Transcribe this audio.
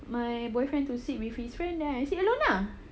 my boyfriend to sit with his friend then sit alone ah